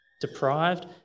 deprived